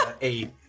eight